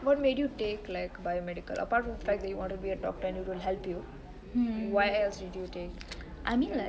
what made you take like biomedical apart from the fact that you want to be a doctor and it would help you why else would you take